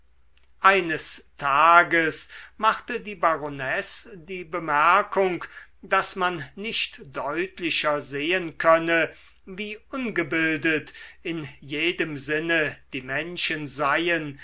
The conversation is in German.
eines tages machte die baronesse die bemerkung daß man nicht deutlicher sehen könne wie ungebildet in jedem sinne die menschen seien